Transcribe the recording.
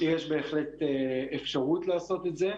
יש בהחלט אפשרות לעשות את זה.